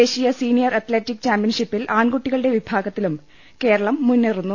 ദേശീയ senior athletics ചാമ്പ്യൻഷിപ്പിൽ ആൺകുട്ടിക ളുടെ വിഭാഗത്തിലും കേരളം മുന്നേറുന്നു